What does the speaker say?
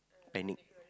technique